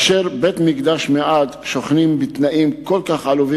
בתי-מקדש מעט שוכנים בתנאים כל כך עלובים,